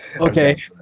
Okay